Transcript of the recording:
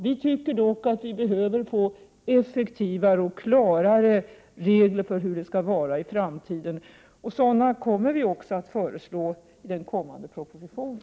Vi tycker dock att vi behöver få effektivare och klarare regler för hur det skall vara i framtiden, och sådana regler skall vi också föreslå i den kommande propositionen.